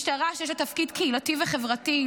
משטרה שיש לה תפקיד קהילתי וחברתי,